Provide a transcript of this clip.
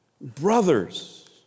Brothers